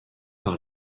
par